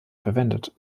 verwendet